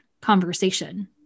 conversation